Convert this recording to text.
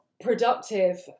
productive